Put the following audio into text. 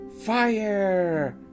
fire